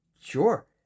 Sure